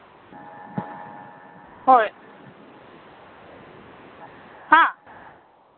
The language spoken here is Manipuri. ꯍꯣꯏ ꯍꯥ